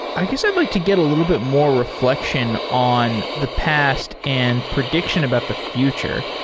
i guess i'd like to get a little bit more refl ection on the past and prediction about the future.